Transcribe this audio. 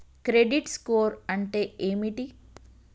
Credit score అంటే ఏమిటి?